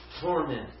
torment